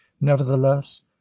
nevertheless